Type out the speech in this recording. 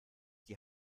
die